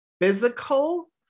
physical